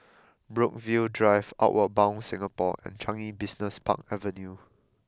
Brookvale Drive Outward Bound Singapore and Changi Business Park Avenue